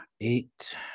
eight